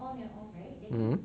mmhmm